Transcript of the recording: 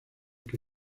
que